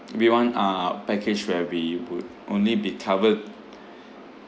we want uh package where we would only be covered